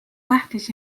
tähtis